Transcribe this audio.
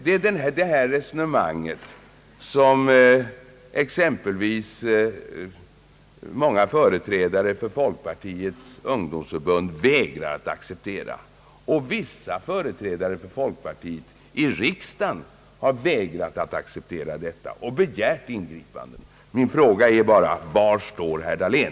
Det är det här resonemanget som exempelvis många företrädare för Folkpartiets ungdomsförbund vägrar att acceptera. Vissa företrädare för folkpartiet i riksdagen har också vägrat acceptera detta och begärt ingripanden. Min fråga är bara: Var står herr Dahlén?